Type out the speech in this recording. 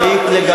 מה זה,